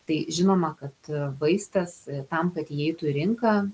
tai žinoma kad vaistas tam kad įeitų į rinką